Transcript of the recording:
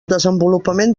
desenvolupament